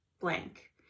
blank